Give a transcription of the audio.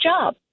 job